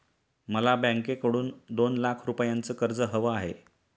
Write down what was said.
मला बँकेकडून दोन लाख रुपयांचं कर्ज हवं आहे